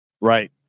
Right